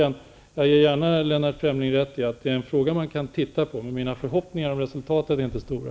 Men jag ger gärna Lennart Fremling rätt i att det är en fråga man kan titta på, men mina förhoppningar om resultatet är inte stora.